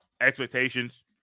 expectations